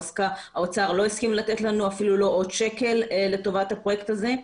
האוצר לא הסכים לנו אפילו לא עוד שקל לטובת הפרויקט הזה.